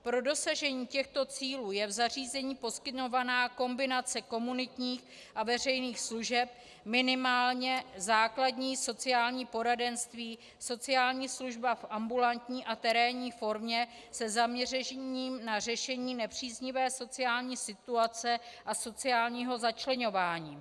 Pro dosažení těchto cílů je v zařízení poskytovaná kombinace komunitních a veřejných služeb, minimálně základní sociální poradenství, sociální služba v ambulantní a terénní formě se zaměřením na řešení nepříznivé sociální situace a sociálního začleňování.